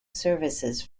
services